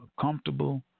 comfortable